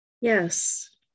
yes